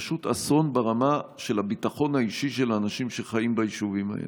פשוט אסון ברמה של הביטחון האישי של האנשים שחיים ביישובים האלה.